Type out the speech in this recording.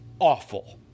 awful